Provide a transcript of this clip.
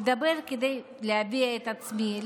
לדבר כדי להביע את עצמי,